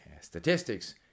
statistics